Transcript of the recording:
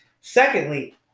Secondly